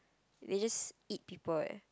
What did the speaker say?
they just eat people eh